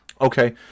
Okay